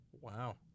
Wow